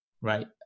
right